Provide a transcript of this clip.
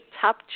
top